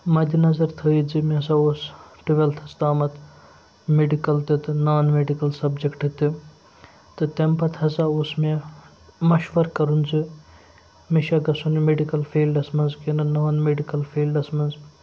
مَدِ نظر تھٲیِتھ زِ مےٚ ہَسا اوس ٹُویلتھَس تامَتھ مِڈِکٕل تہِ تہٕ نان میٚڈِکٕل سَبجَکٹ تہِ تہٕ تَمہِ پَتہٕ ہَسا اوس مےٚ مَشوَر کَرُن زِ مےٚ چھا گژھُن میڈِکٕل فیٖلڈَس منٛز کہِ نہٕ نان میڈِکٕل فیٖلڈَس منٛز